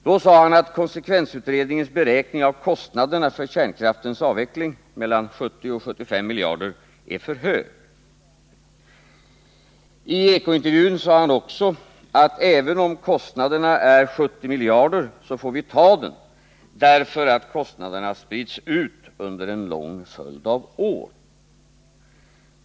Då sade han: ”Konsekvensutredningens beräkning av kostnaderna för kärnkraftens avveckling — mellan 70 och 75 miljarder — är för hög.” I Ekointervjun sade han också att även om kostnaden är 70 miljarder så får vi ta den, eftersom den sprids ut under en lång följd av år.